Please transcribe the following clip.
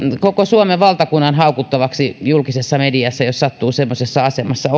koko suomen valtakunnan haukuttavaksi julkisessa mediassa jos sattuu semmoisessa asemassa